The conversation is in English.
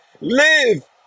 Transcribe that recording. live